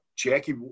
Jackie –